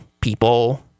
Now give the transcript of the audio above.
people